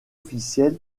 officiel